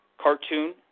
cartoon